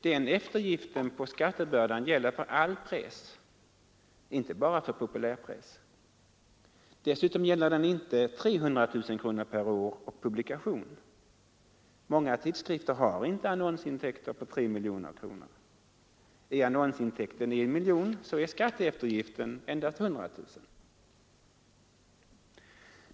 Den eftergiften på skattebördan gäller för all press — inte bara för populärpress. Dessutom gäller den inte 300 000 kronor per år och publikation. Många tidskrifter har inte annonsintäkter på 3 miljoner kronor. Är annonsintäkten 1 miljon, så är skatteeftergiften endast 100 000 kronor.